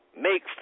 make